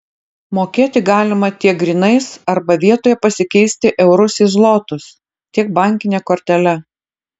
mokėti galima tiek grynais arba vietoje pasikeisti eurus į zlotus tiek bankine kortele